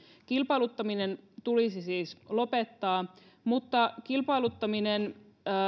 kilpailuttaminen tulisi siis lopettaa mutta kilpailuttaminen